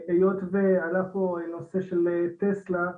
היות ואנחנו נושא של טסלה,